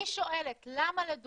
אני שואלת למה, לדוגמה,